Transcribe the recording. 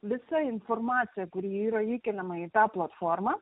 visa informacija kuri yra įkeliama į tą platformą